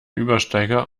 übersteiger